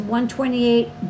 128